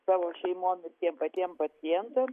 savo šeimom ir tiem patiem pacientam